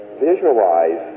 Visualize